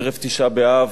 ערב תשעה באב,